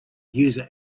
user